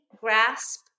grasp